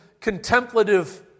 contemplative